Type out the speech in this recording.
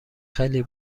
خیلی